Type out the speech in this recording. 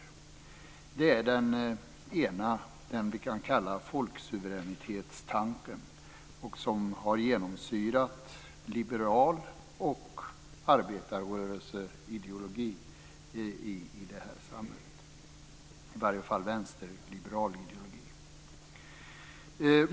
Det är det ena, som vi kan kalla folksuveränitetstanken, som har genomsyrat liberal ideologi och arbetarrörelseideologi i det här samhället - i varje fall vänsterliberal ideologi.